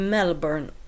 Melbourne